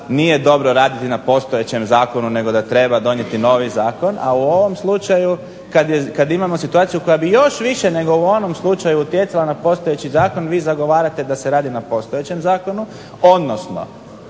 nije dobro raditi na postojećem zakonu, nego da treba donijeti novi zakon, a u ovom slučaju kad imamo situaciju koja bi još više nego u onom slučaju utjecala na postojeći zakon vi zagovarate da se radi na postojećem zakonu, odnosno